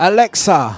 Alexa